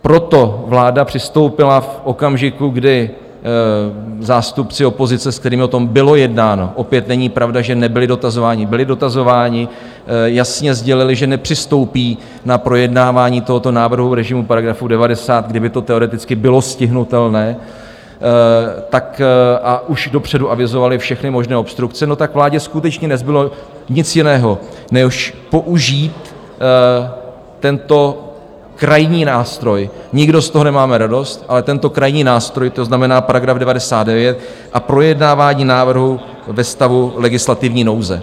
Proto vláda přistoupila v okamžiku, kdy zástupci opozice, s kterými o tom bylo jednáno opět není pravda, že nebyli dotazováni, byli dotazováni jasně sdělili, že nepřistoupí na projednávání tohoto návrhu režimu § 90, kdy by to teoreticky bylo stihnutelné, a už dopředu avizovali všechny možné obstrukce, tak vládě skutečně nezbylo nic jiného než použít tento krajní nástroj, nikdo z toho nemáme radost, ale tento krajní nástroj, to znamená § 99 a projednávání návrhu ve stavu legislativní nouze.